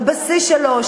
בבסיס שלו,